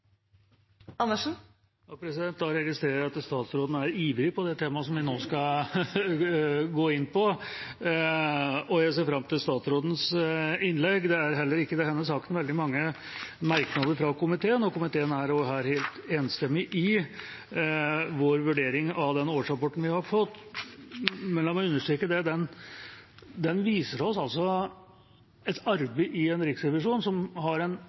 Andersen få ordet først – og så tar vi oss den frihet å sette statsråd Monica Mæland også opp på talerlisten. Da registrerer jeg at statsråden er ivrig på det temaet som vi nå skal gå inn på, og jeg ser fram til statsrådens innlegg. Det er heller ikke i denne saken veldig mange merknader fra komiteen. Komiteen er her enstemmig i sin vurdering av den årsrapporten vi har fått. Men la meg understreke at den viser oss et arbeid i en riksrevisjon